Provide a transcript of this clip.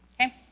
Okay